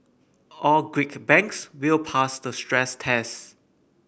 all Greek banks will pass the stress tests